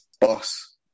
Boss